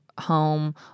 home